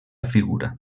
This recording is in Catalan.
figura